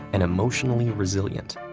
and emotionally resilient.